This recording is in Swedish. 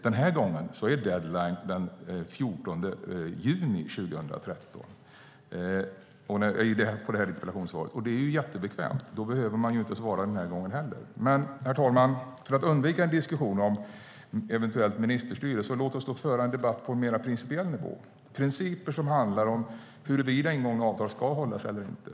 Den här gången är deadline den 14 juni 2013, när det gäller det här interpellationssvaret. Det är jättebekvämt. Då behöver man inte svara den här gången heller. Men, herr talman, för att undvika en diskussion om eventuellt ministerstyre låt oss föra en debatt på en mer principiell nivå. Det är principer som handlar om huruvida ingångna avtal ska hållas eller inte.